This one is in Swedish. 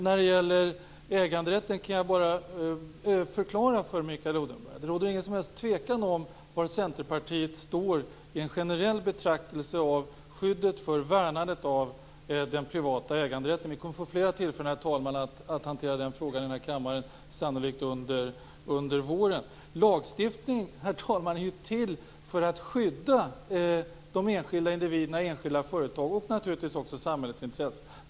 När det gäller äganderätten kan jag bara förklara för Mikael Odenberg att det inte råder någon som helst tvekan om var Centerpartiet står i en generell betraktelse av skyddet för värnandet av den privata äganderätten. Vi kommer, herr talman, att få flera tillfällen att hantera den frågan här i kammaren, sannolikt under våren. Lagstiftning är ju till, herr talman, för att skydda de enskilda individerna, enskilda företag och naturligtvis också samhällets intressen.